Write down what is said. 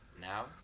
Now